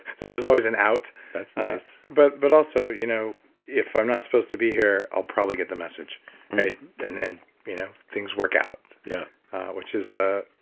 so there's always an out that's nice but but also, you know if i'm not supposed to be here, i'll probably get the message and then you know things work out. yeah which is a